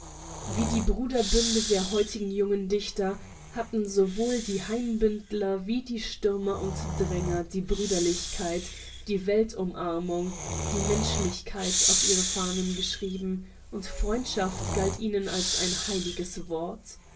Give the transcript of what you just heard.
wie die bruderbünde der heutigen jungen dichter hatten sowohl die hainbündler wie die stürmer und dränger die brüderlichkeit die weltumarmung die menschlichkeit auf ihre fahnen geschrieben und freundschaft galt ihnen als ein heiliges wort